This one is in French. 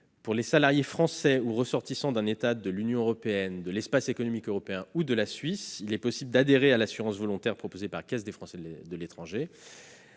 Pour les salariés français ou ressortissants d'un État de l'Union européenne, de l'Espace économique européen ou de la Suisse, il est possible d'adhérer à l'assurance volontaire proposée par la Caisse des Français de l'étranger.